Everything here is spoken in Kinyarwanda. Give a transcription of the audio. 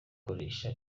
koresha